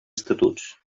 estatuts